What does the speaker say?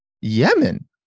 Yemen